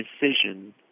decision